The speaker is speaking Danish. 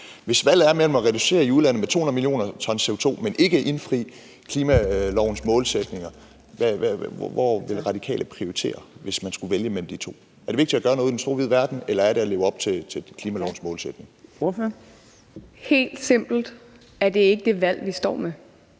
Hvis valget står mellem at reducere i udlandet med 200 mio. t CO2 og ikke indfri klimalovens målsætninger, hvad vil Radikale prioritere, hvis man skal vælge mellem de to? Er det vigtige at gøre noget ude i den store vide verden eller at leve op til klimaministerens målsætninger? Kl. 10:44 Fjerde næstformand